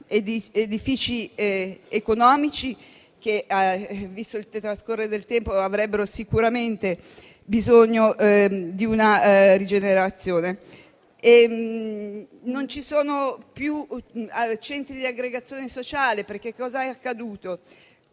edifici economici che, visto il trascorrere del tempo, avrebbero sicuramente bisogno di una rigenerazione. Non ci sono più centri di aggregazione sociale, perché, nelle